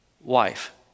wife